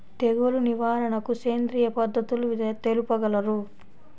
తెగులు నివారణకు సేంద్రియ పద్ధతులు తెలుపగలరు?